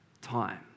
time